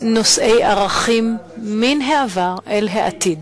נושאי ערכים מן העבר אל העתיד.